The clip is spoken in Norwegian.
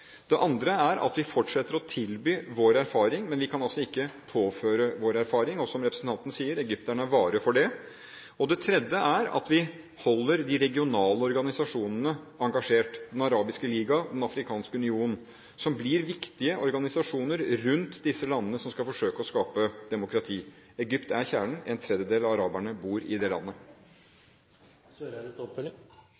Det andre er at vi fortsetter å tilby vår erfaring, men vi kan altså ikke påføre vår erfaring, og som representanten sier: Egypterne er vare for det. Det tredje er at vi holder de regionale organisasjonene engasjert – Den arabiske liga, Den afrikanske union – som blir viktige organisasjoner rundt disse landene, og som skal forsøke å skape demokrati. Egypt er kjernen, og en tredjedel av araberne bor i det landet.